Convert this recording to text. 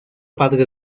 padre